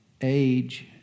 age